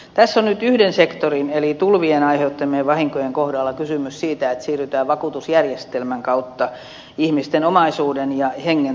tässä on nyt yhden sektorin eli tulvien aiheuttamien vahinkojen kohdalla kysymys siitä että siirrytään vakuutusjärjestelmän kautta ihmisten omaisuuden ja hengen turvaamiseen